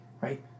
right